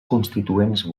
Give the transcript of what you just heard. constituents